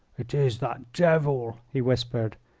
it is that devil, he whispered.